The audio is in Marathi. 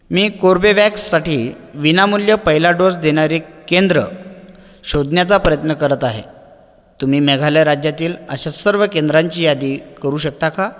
मी कोर्बेवॅक्ससाठी विनामूल्य पहिला डोस देणारी केंद्र शोधण्याचा प्रयत्न करत आहे तुम्ही मेघालय राज्यातील अशा सर्व केंद्रांची यादी करू शकता का